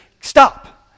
Stop